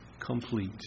complete